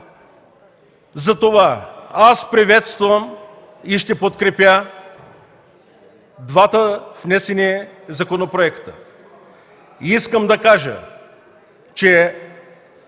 Затова аз приветствам и ще подкрепя двата внесени законопроекта. Искам да кажа, че